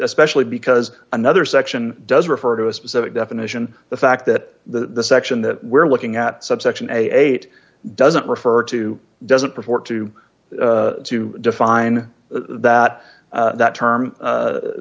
especially because another section does refer to a specific definition the fact that the section that we're looking at subsection eight doesn't refer to doesn't purport to to define that that term